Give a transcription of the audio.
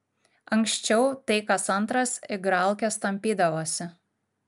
anksčiau tai kas antras igralkes tampydavosi